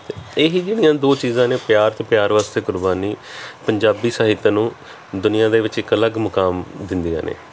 ਅਤੇ ਇਹ ਹੀ ਜਿਹੜੀਆਂ ਦੋ ਚੀਜ਼ਾਂ ਨੇ ਪਿਆਰ ਅਤੇ ਪਿਆਰ ਵਾਸਤੇ ਕੁਰਬਾਨੀ ਪੰਜਾਬੀ ਸਾਹਿਤ ਨੂੰ ਦੁਨੀਆਂ ਦੇ ਵਿੱਚ ਇਕ ਅਲੱਗ ਮੁਕਾਮ ਦਿੰਦੀਆਂ ਨੇ ਰ